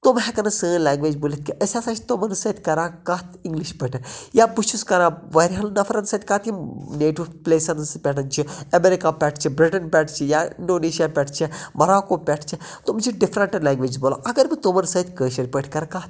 تُم ہیکَن نہٕ سٲنۍ لینگویٚج بولِتھ کیٚنٛہہ أسۍ ہَسا چھِ تمَن سۭتۍ کَران کَتھ اِنگلِش پٲٹھۍ یا بہٕ چھُس کَران واریاہَن نَفرَن سۭتۍ کَتھ یِم نیٹِو پٔلیسَن پٮ۪ٹھ چھِ ایمیرِکا پٮ۪ٹھ چھِ بِرٹٕن پٮ۪ٹھ چھِ یا اِنڈونیٚشا پٮ۪ٹھ چھِ مَراکو پٮ۪ٹھ چھِ تِم چھِ دِفرَنٹ لینگویٚج بولان اگر بہٕ تمَن سۭتۍ کٲشِر پٲٹھۍ کَرٕ کَتھ